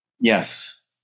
yes